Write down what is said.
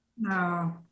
No